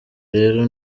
rero